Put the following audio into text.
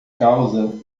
causa